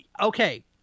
Okay